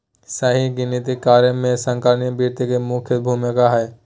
सही गिनती करे मे संगणकीय वित्त के मुख्य भूमिका हय